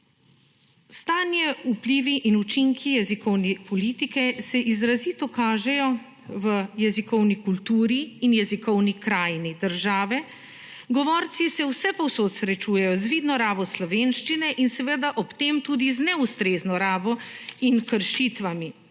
Stanje, vplivi in učinki jezikovne politike se izrazito kažejo v jezikovni kulturi in jezikovni krajini države, govorci se vsepovsod srečujejo z vidno rabo slovenščine in seveda ob tem tudi z neustrezno rabo in kršitvami.